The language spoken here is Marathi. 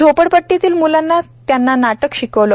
झोपडपट्टीतील म्लांना त्यांना नाटक शिकवलं